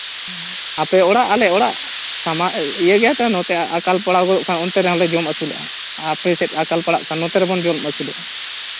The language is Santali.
ᱟᱯᱮ ᱚᱲᱟᱜ ᱟᱞᱮ ᱚᱲᱟᱜ ᱥᱟᱢᱟᱝ ᱤᱭᱟᱹ ᱜᱮᱭᱟ ᱛᱚ ᱱᱚᱛᱮ ᱟᱠᱟᱞ ᱯᱟᱲᱟᱣ ᱞᱮᱱᱠᱷᱟᱱ ᱚᱱᱛᱮ ᱨᱮᱦᱚᱸ ᱞᱮ ᱡᱚᱢ ᱟᱹᱥᱩᱞᱚᱜᱼᱟ ᱟᱯᱮᱥᱮᱫ ᱟᱠᱟᱞ ᱯᱟᱲᱟᱜ ᱠᱷᱟᱱ ᱱᱚᱛᱮ ᱨᱮᱵᱚᱱ ᱡᱚᱢ ᱟᱹᱥᱩᱞᱚᱜᱼᱟ